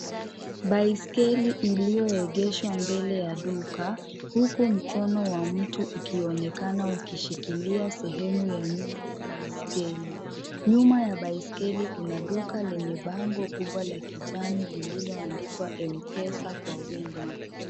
Baiskeli iliyoegeshwa mbele ya duka huku mkono wa mtu ukionekana ukishikilia sehemu ya nyuma ya baiskeli. Nyuma ya baiskeli kuna duka lenye bango kubwa la kijani lililoandikwa M pesa kwa wima.